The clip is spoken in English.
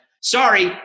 sorry